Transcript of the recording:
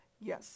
Yes